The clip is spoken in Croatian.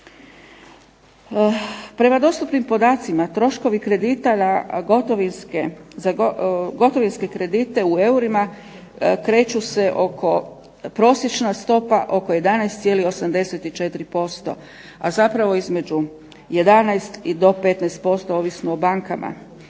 Prema dostupnim podacima, troškovi kredita za gotovinske kredite u eurima kreću se oko, prosječna stopa oko 11,84%, a zapravo između 11 i do 15%, ovisno o bankama.